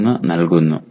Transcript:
3 നൽകുന്നു